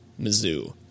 Mizzou